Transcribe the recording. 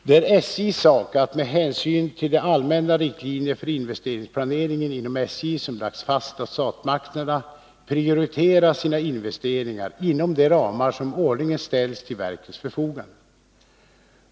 Det är SJ:s sak att, med hänsyn till de allmänna riktlinjer för investeringsplaneringen inom SJ som lagts fast av statsmakterna, prioritera sina investeringar inom de ramar som årligen ställs till verkets förfogande.